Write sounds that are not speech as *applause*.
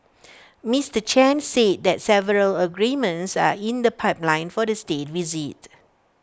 *noise* Mister Chen said that several agreements are in the pipeline for the State Visit